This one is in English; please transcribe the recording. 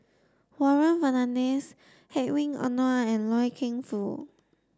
Warren Fernandez Hedwig Anuar and Loy Keng Foo